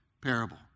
parable